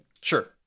Sure